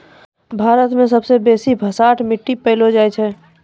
भारत मे सबसे बेसी भसाठ मट्टी पैलो जाय छै